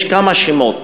יש כמה שמות.